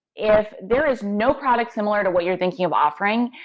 if there is no product similar to what you're thinking of offering,